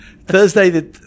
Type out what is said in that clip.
Thursday